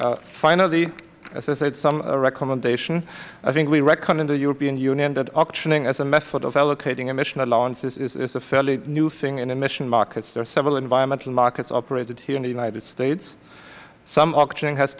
profits finally as i said some recommendations i think we reckon in the european union that auctioning as a method of allocating emission allowances is a fairly new thing in emission markets there are several environmental markets operated here in the united states some auctioning has